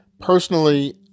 personally